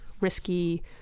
risky